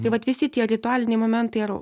tai vat visi tie ritualiniai momentai ar